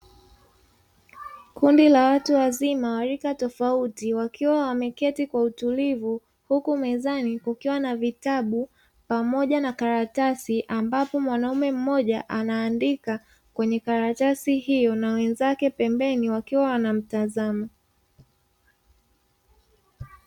Kundi la watu wazima wa rika tofauti, wakiwa wameketi kwa utulivu, huku mezani kukiwa na vitabu pamoja na karatasi, ambapo mwanaume mmoja anaandika kwenye karatasi hiyo, na wenzake pembeni wakiwa wanamtazama.